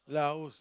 Laos